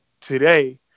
today